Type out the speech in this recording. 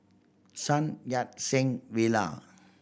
Sun Yat Sen Villa